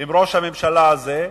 עם ראש הממשלה הזה,